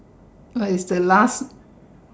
ya it's the last